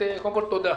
קודם כול תודה.